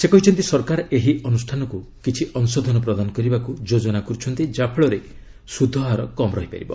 ସେ କହିଛନ୍ତି ସରକାର ଏହି ଅନୁଷ୍ଠାନକୁ କିଛି ଅଂଶଧନ ପ୍ରଦାନ କରିବାକୁ ଯୋଜନା କରୁଛନ୍ତି ଯାଫଳରେ ସୁଧହାର କମ୍ ରହିପାରିବ